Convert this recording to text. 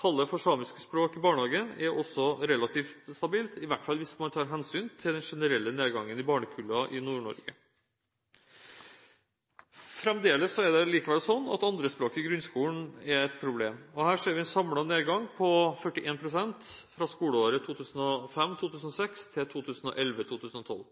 Tallene for samiske språk i barnehagen er også relativt stabile, iallfall hvis vi tar hensyn til den generelle nedgangen i barnekullene i Nord-Norge. Fremdeles er det likevel slik at andrespråkfaget i grunnskolen er et problem. Her ser vi en samlet nedgang på 41 pst. fra skoleåret 2005–2006 til